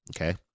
Okay